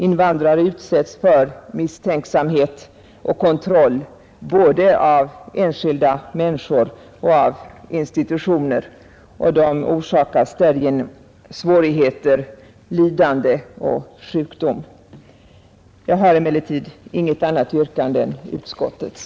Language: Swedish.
Invandrare utsätts för misstänksamhet och kontroll både av enskilda människor och institutioner, varigenom de förorsakas svårigheter, lidande och sjukdom. Jag har emellertid inget annat yrkande än utskottets.